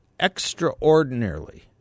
extraordinarily